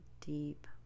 deep